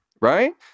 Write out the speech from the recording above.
right